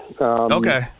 Okay